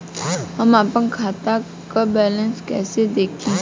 हम आपन खाता क बैलेंस कईसे देखी?